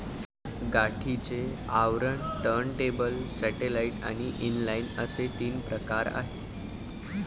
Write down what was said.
गाठीचे आवरण, turntable, satellite आणि इनलाइन असे तीन प्रकार आहे